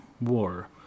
war